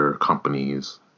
companies